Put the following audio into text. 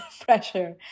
pressure